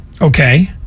Okay